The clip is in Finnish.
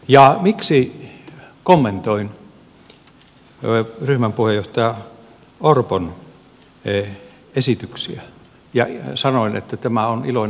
ja miksi kommentoin ryhmän puheenjohtajan orpon esityksiä ja sanoin että tämä on iloinen asia